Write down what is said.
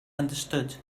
understood